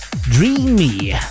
Dreamy